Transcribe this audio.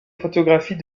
photographies